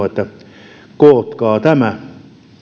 että kootkaa tämä